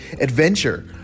adventure